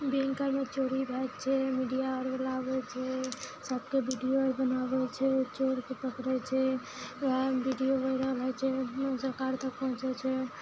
बैंकमे चोरी होइ छै मीडिया आओर लाबै छै सबके वीडियो आर बनाबै छै चोर के पकड़ै छै वएह वीडियो बगेरह सरकार तक पहुँचै छै